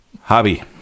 Hobby